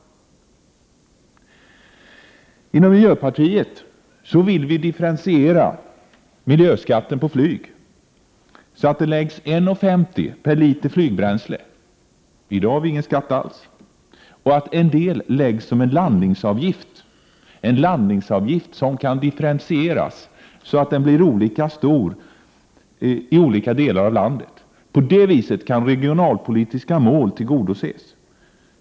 Inom miljöpartiet vill vi differentiera miljöskatten på flyg så att det läggs på 1:50 kr. per liter flygbränsle —i dag har vi ingen skatt alls på det — och så att en del läggs ut som en landningsavgift som kan differentieras så att den blir olika stor i olika delar av landet. På det sättet kan regionalpolitiska mål tillgodoses.